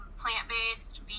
plant-based